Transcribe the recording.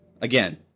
Again